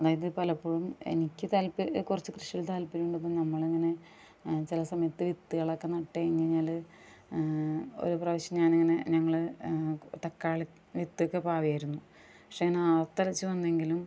അതായത് പലപ്പൊഴും എനിക്ക് താൽപ്പ കുറച്ച് കൃഷിയില് താൽപ്പര്യം ഉള്ളത് നമ്മളങ്ങനെ ചിലസമയത്ത് വിത്തുകളൊക്കെ നട്ട്കഴിഞ്ഞുകഴിഞ്ഞാല് ഒര് പ്രാവശ്യം ഞാനിങ്ങനെ ഞങ്ങള് തക്കാളി വിത്തൊക്കെ പാകിയായിരുന്നു പക്ഷേ ഇങ്ങനെ ആർത്തലച്ച് വന്നെങ്കിലും